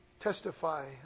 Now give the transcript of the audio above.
testify